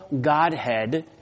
Godhead